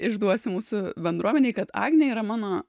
išduosim mūsų bendruomenei kad agnė yra mano